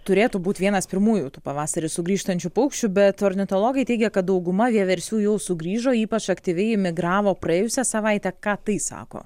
turėtų būt vienas pirmųjų tų pavasarį sugrįžtančių paukščių bet ornitologai teigia kad dauguma vieversių jau sugrįžo ypač aktyviai migravo praėjusią savaitę ką tai sako